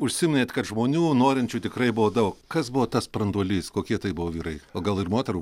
užsiminėt kad žmonių norinčių tikrai buvo daug kas buvo tas branduolys kokie tai buvo vyrai o gal ir moterų